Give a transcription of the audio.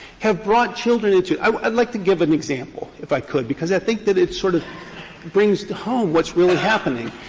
have brought children into i'd like to give an example, if i could, because i think that it sort of brings home what's really happening.